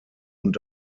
und